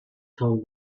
told